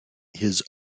his